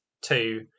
two